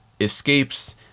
escapes